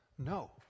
No